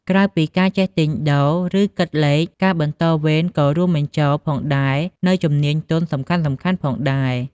ក្រៅពីការចេះទិញដូរ ឬគិតលេខ ការបន្តវេនក៏រួមបញ្ចូលផងដែរនូវជំនាញទន់សំខាន់ៗផងដែរ។